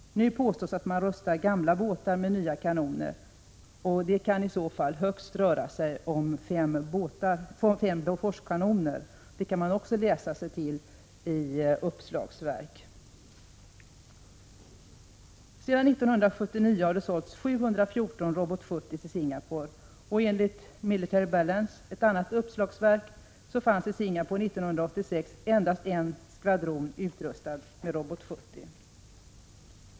Nu påstås att man rustar gamla båtar med nya kanoner. Det kan i så fall röra sig om högst fem Boforskanoner. Det kan man också läsa sig till i uppslagsverk. Sedan 1979 har det sålts 714 Robot 70 till Singapore. Enligt Military Balance, ett annat uppslagsverk, fanns i Singapore 1986 endast en skvadron utrustad med Robot 70.